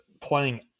playing